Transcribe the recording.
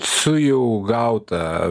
su jau gauta